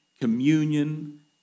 communion